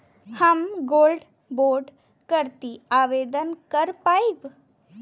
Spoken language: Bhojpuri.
हम गोल्ड बोड करती आवेदन कर पाईब?